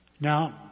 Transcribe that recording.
Now